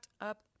up